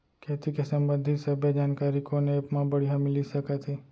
खेती के संबंधित सब्बे जानकारी कोन एप मा बढ़िया मिलिस सकत हे?